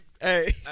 Hey